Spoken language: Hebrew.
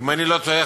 אם אני לא טועה,